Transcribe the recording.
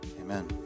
Amen